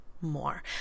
more